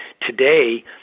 today